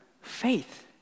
faith